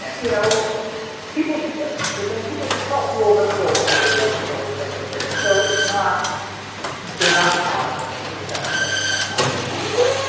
and you know people should say they're saying people should self-rule but still under like the oversight of the british, so it's not they're not modern in the sense that sometimes they're talked about